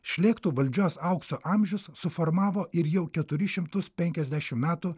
šlėktų valdžios aukso amžius suformavo ir jau keturi šimtus penkiasdešim metų